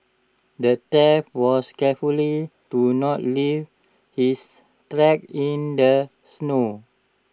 the thief was carefully to not leave his tracks in the snow